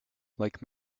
like